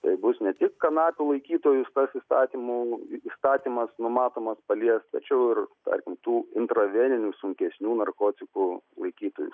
tai bus ne tik kanapių laikytojus tas įstatymu įstatymas numatomas palies tačiau ir tarkim tų intraveninių sunkesnių narkotikų laikytojus